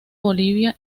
bolivia